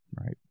Right